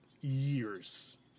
years